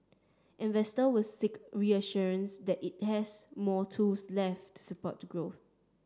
investors will seek reassurances that it has more tools left support growth